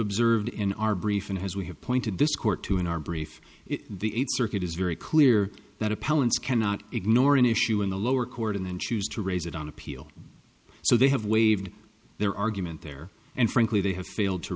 observed in our brief and as we have pointed this court to in our brief the eighth circuit is very clear that appellant's cannot ignore an issue in the lower court and then choose to raise it on appeal so they have waived their argument there and frankly they have failed to